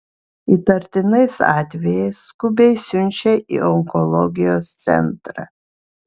įtartinais atvejais skubiai siunčia į onkologijos centrą